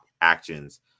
actions